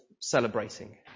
celebrating